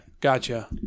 Gotcha